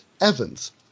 Evans